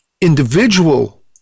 individual